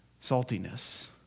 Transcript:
saltiness